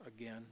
again